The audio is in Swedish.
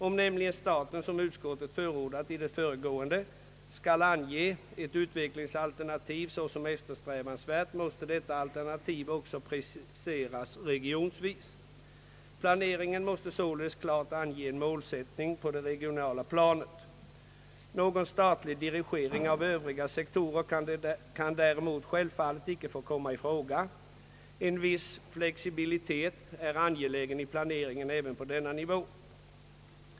Om nämligen staten, som utskottet förordat i det föregående, skall ange ett utvecklingsalternativ såsom eftersträvansvärt måste detta alternativ också preciseras regionvis. Planeringen måste således klart ange en målsättning på det regionala planet. Någon statlig dirigering av övriga sektorer kan däremot självfallet inte få komma i fråga. En viss flexibilitet är angelägen i planeringen även på denna nivå.